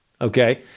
Okay